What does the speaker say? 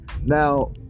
Now